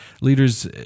leaders